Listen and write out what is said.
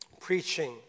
preaching